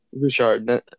Richard